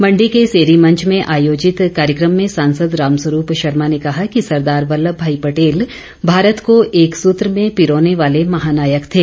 मंडी के सेरी मंच में आयोजित कार्यक्रम में सांसद रामस्वरूप शर्मा ने कहा कि सरदार वल्लम भाई पटेल भारत को एकसूत्र में पिरोने वाले महानायक थे